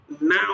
now